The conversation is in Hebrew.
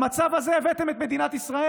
למצב הזה הבאתם את מדינת ישראל.